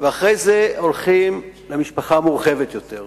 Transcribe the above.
ואחרי זה הולכים למשפחה המורחבת יותר,